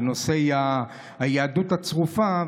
בנושאי היהדות הצרופה.